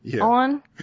on